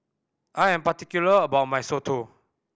I am particular about my Soto